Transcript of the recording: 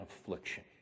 affliction